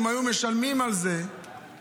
אם היו משלמים על זה קצת,